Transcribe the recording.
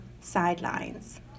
sidelines